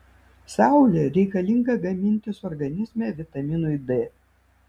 saulė reikalinga gamintis organizme vitaminui d